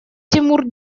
тимур